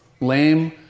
lame